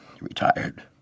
retired